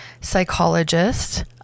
psychologist